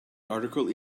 article